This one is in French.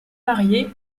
marié